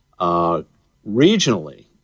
regionally